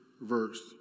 verse